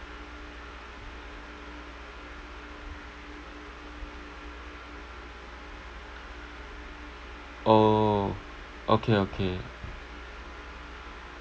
orh okay okay